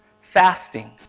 fasting